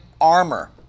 armor